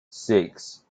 six